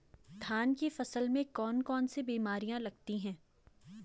धान की फसल में कौन कौन सी बीमारियां लगती हैं?